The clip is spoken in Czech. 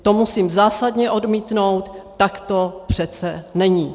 To musím zásadně odmítnout, tak to přece není.